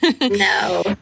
No